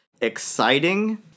exciting